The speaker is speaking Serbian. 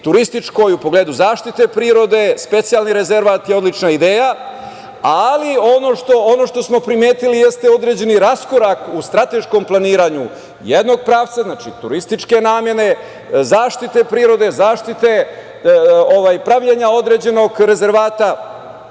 turističkoj u pogledu zaštite prirode, specijalni rezervat je odlična ideja. Ali, ono što smo primetili jeste određeni raskorak u strateškom planiranju jednog pravca, znači, turističke namene, zaštite prirode, pravljenja određenog rezervata,